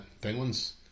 penguins